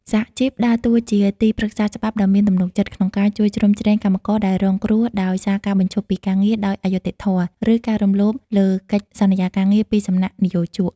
សហជីពដើរតួជាទីប្រឹក្សាច្បាប់ដ៏មានទំនុកចិត្ត ក្នុងការជួយជ្រោមជ្រែងកម្មករដែលរងគ្រោះដោយសារការបញ្ឈប់ពីការងារដោយអយុត្តិធម៌ ឬការរំលោភលើកិច្ចសន្យាការងារពីសំណាក់និយោជក។